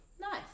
Nice